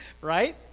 right